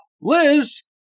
Liz